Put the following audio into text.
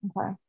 Okay